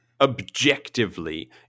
objectively